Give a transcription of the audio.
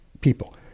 people